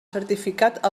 certificat